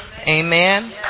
Amen